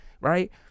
right